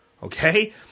Okay